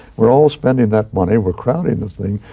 we're all spending that money, we're crowded the thing.